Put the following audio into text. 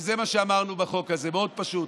וזה מה שאמרנו בחוק הזה, מאוד פשוט: